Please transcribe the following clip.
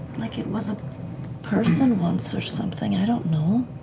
like it was a person once or something, i don't know.